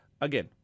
Again